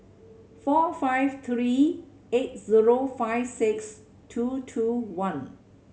four five three eight zero five six two two one